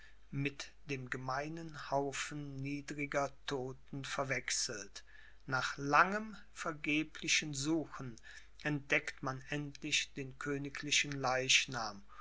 mit dem gemeinen haufen niedriger todten verwechselt nach langem vergeblichen suchen entdeckt man endlich den königlichen leichnam